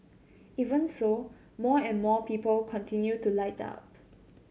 even so more and more people continue to light up